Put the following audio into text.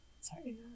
Sorry